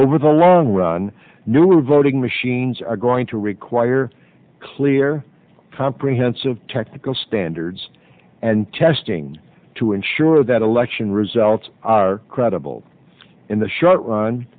over the long run newer voting machines are going to acquire clear comprehensive technical standards and testing to ensure that election results are credible in the shut r